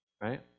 right